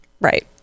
Right